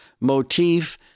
motif